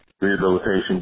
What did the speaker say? rehabilitation